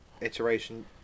iteration